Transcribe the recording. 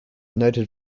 noted